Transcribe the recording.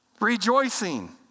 Rejoicing